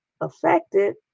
affected